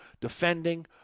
defending